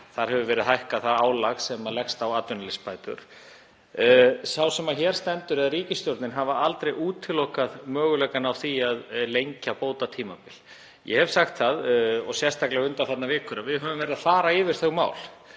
Þar hefur verið hækkað það álag sem leggst á atvinnuleysisbætur. Sá sem hér stendur eða ríkisstjórnin hefur aldrei útilokað möguleikann á því að lengja bótatímabil. Ég hef sagt það og sérstaklega undanfarnar vikur að við höfum verið að fara yfir þau mál